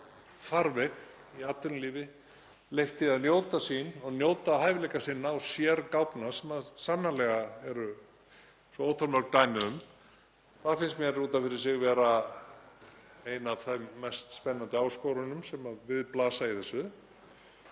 fólki farveg í atvinnulífi, leyft því að njóta sín og njóta hæfileika sinna og sérgáfna sem sannarlega eru svo ótal mörg dæmi um. Það finnst mér út af fyrir sig vera ein af þeim mest spennandi áskorunum sem við blasa í þessu